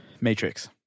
Matrix